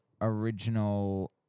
original